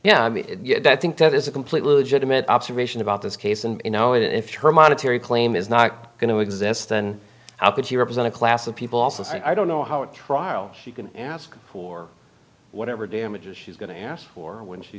money yeah i think that is a completely legitimate observation about this case and you know if her monetary claim is not going to exist then how could she represent a class of people also saying i don't know how at trial she can ask for whatever damages she's going to ask for when she